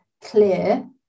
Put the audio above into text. clear